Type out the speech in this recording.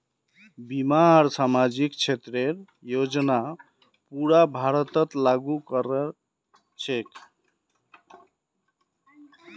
बीमा आर सामाजिक क्षेतरेर योजना पूरा भारतत लागू क र छेक